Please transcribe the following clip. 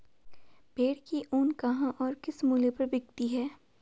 भेड़ की ऊन कहाँ और किस मूल्य पर बिकती है?